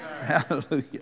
Hallelujah